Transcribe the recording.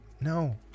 no